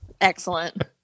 excellent